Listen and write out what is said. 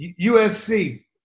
USC